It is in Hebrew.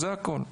זה הכול.